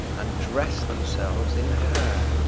and dress themselves in her.